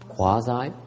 Quasi